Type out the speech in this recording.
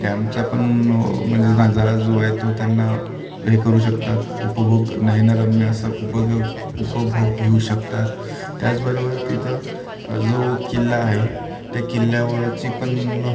डॅमचा पण म्हणजे नजारा जो आहे तो त्यांना हे करू शकतात उपभोग नयनरम्य असा उपग उपभोग घेऊ शकतात त्याचबरोबर तिथं जो किल्ला आहे त्या किल्ल्यावरची पण